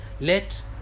let